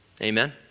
Amen